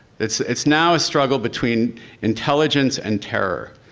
it's it's now a struggle between intelligence and terror.